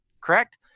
Correct